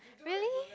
really